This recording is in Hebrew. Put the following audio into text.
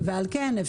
ועל כן,